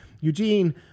Eugene